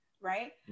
right